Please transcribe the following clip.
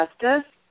justice